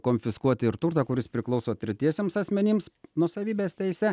konfiskuoti ir turtą kuris priklauso tretiesiems asmenims nuosavybės teise